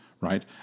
Right